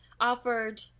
offered